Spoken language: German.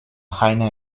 heiner